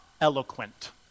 eloquent